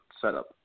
setup